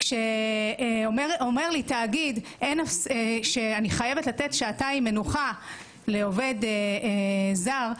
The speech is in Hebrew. כשאומר לי תאגיד שאני חייבת לתת שעתיים מנוחה לעובד זר,